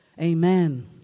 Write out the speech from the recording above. Amen